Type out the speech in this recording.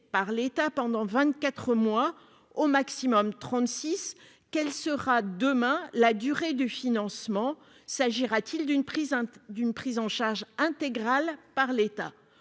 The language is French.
par l'État pendant vingt-quatre mois, au maximum trente-six, quelle sera demain la durée du financement ? S'agira-t-il d'une prise en charge intégrale par l'État ?